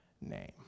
name